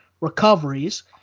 recoveries